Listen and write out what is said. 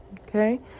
Okay